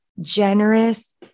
generous